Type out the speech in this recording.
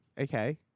Okay